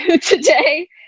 today